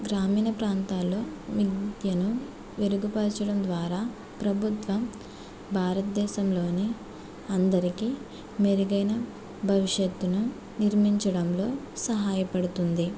గ్రామీణ ప్రాంతాలలో విద్యను మెరుగు పరచడం ద్వారా ప్రభుత్వం భారతదేశంలోని అందరికి మెరుగైన భవిష్యత్తును నిర్మించడంలో సహాయపడుతుంది